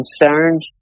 concerned